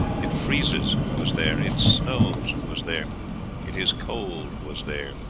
it freezes was there it snows was there it is cold was there.